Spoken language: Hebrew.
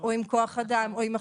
עם כוח אדם או עם הכשרות.